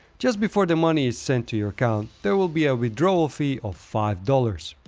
just before the money is sent to your account, there will be a withdrawal feel of five dollars.